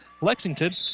Lexington